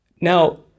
Now